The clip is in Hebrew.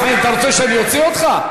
חבר הכנסת דב חנין, אתה רוצה שאני אוציא אותך?